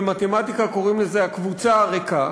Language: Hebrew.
במתמטיקה קוראים לזה הקבוצה הריקה,